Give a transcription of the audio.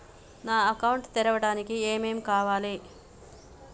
నా అకౌంట్ ని తెరవడానికి ఏం ఏం కావాలే?